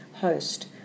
host